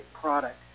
product